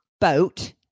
boat